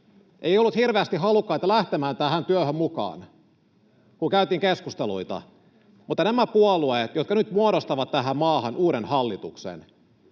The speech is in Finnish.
Ei ollut hirveästi halukkaita lähtemään tähän työhön mukaan, kun käytiin keskusteluita. Mutta näillä puolueilla, jotka nyt muodostavat tähän maahan uuden hallituksen,